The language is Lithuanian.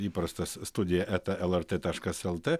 įprastas studija eta lrt taškas lt